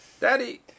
Daddy